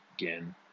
again